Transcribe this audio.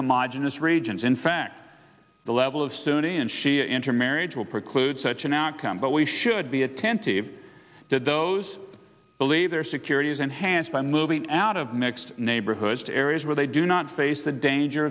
homogenous regions in fact the level of sunni and shia intermarriage will preclude such an outcome but we should be attentive that those believe their security is enhanced by moving out of mixed neighborhoods to areas where they do not face the danger